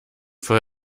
voll